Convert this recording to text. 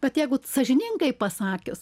bet jeigu sąžiningai pasakius